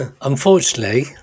unfortunately